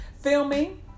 filming